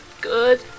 good